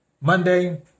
Monday